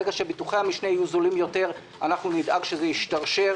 ברגע שביטוחי-המשנה יהיו זולים יותר אנחנו נדאג שזה ישתרשר,